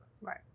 Right